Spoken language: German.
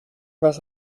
was